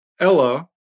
Ella